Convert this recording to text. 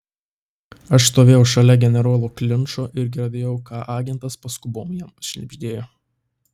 aš stovėjau šalia generolo klinčo ir girdėjau ką agentas paskubom jam šnibždėjo